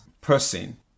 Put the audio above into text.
person